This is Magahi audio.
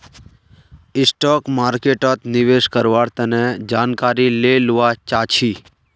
स्टॉक मार्केटोत निवेश कारवार तने जानकारी ले लुआ चाछी